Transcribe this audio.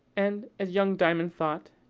and, as young diamond thought,